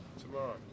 Tomorrow